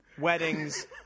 weddings